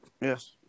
Yes